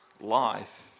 life